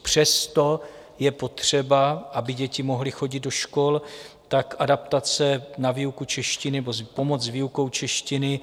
Přesto je potřeba, aby děti mohly chodit do škol, adaptace na výuku češtiny nebo pomoc s výukou češtiny.